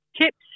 tips